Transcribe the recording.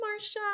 Marsha